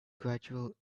gradual